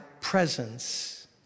presence